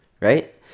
right